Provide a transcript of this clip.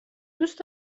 دوست